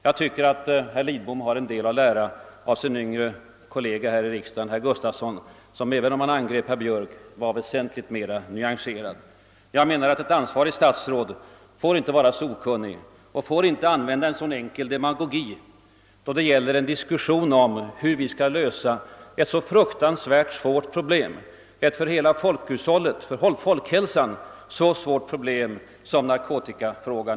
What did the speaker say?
Jag tycker att herr Lidbom har en del att lära av sin yngre partikollega här i riksdagen herr Gustavsson i Nässjö, som även om han angrep herr Björck i Nässjö var väsentligt mera nyanserad. Ett ansvarigt statsråd får inte vara så okunnig och får inte använda en så enkel demagogi i en diskussion om hur vi skall lösa ett för hela folkhushållet och för folkhälsan så oerhört svårt problem som narkotikafrågan.